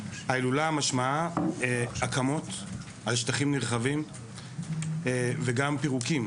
משמעות ההילולה היא הכמות על שטחים נרחבים וגם פירוקים